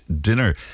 dinner